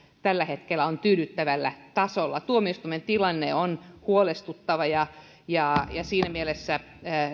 tällä hetkellä on tyydyttävällä tasolla tuomioistuimien tilanne on huolestuttava ja ja siinä mielessä